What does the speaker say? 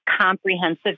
comprehensive